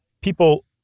people